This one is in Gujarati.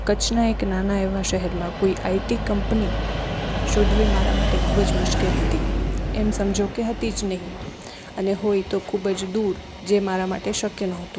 કચ્છના એક નાના એવાં શહેરમાં કોઇ આઇ ટી કંપની શોધવી મારા માટે ખૂબ જ મુશ્કેલ હતી એમ સમજો કે હતી જ નહીં અને હોય તો ખૂબ જ દૂર જે મારા માટે શક્ય નહોતું